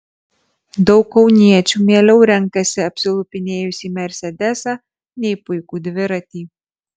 daug kauniečių mieliau renkasi apsilupinėjusį mersedesą nei puikų dviratį